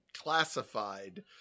classified